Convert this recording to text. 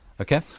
Okay